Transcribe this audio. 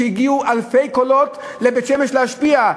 שהגיעו אלפי קולות לבית-שמש כדי להשפיע.